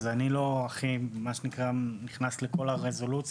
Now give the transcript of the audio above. אני לא נכנס לכל הרזולוציה.